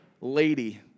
lady